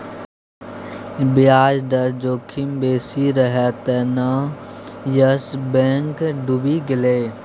ब्याज दर जोखिम बेसी रहय तें न यस बैंक डुबि गेलै